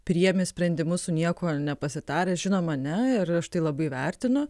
priimi sprendimus su niekuo nepasitaręs žinoma ne ir aš tai labai vertinu